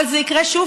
אבל זה יקרה שוב,